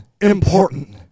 important